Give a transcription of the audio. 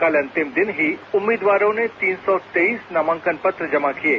कल अंतिम दिन ही उम्मीदवारों ने तीन सौ तेईस नामांकन पत्र जमा किये